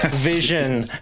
vision